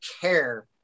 care